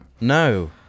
No